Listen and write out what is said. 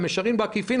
במישרין או בעקיפין,